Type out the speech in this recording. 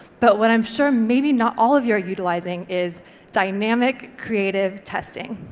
but what i'm sure maybe not all of you are utilising is dynamic creative testing.